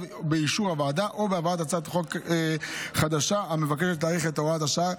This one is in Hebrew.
באישור הוועדה או בהבאת הצעת חוק חדשה המבקשת להאריך את הוראת השעה,